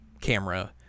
camera